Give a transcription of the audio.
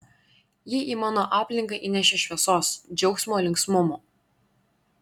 ji į mano aplinką įnešė šviesos džiaugsmo linksmumo